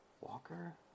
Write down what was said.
Walker